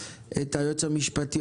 את היועץ המשפטי,